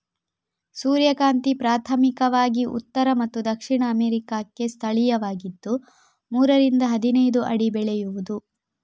ಸೂರ್ಯಕಾಂತಿ ಪ್ರಾಥಮಿಕವಾಗಿ ಉತ್ತರ ಮತ್ತು ದಕ್ಷಿಣ ಅಮೇರಿಕಾಕ್ಕೆ ಸ್ಥಳೀಯವಾಗಿದ್ದು ಮೂರರಿಂದ ಹದಿನೈದು ಅಡಿ ಬೆಳೆಯುವುದು